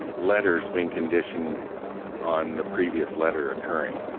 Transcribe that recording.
letters being conditioned on the previous letter occurring.